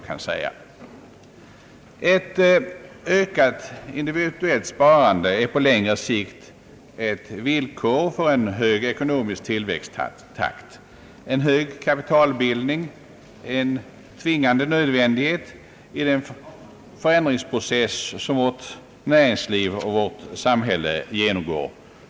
Ett ökat individuellt sparande är på längre sikt ett villkor för en hög ekonomisk tillväxttakt. En hög kapitalbildning är varken mer eller mindre än en tvingande nödvändighet i den förändringsprocess, som vårt näringsliv och samhället genomgår.